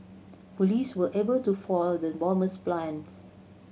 police were able to foil the bomber's plans